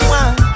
one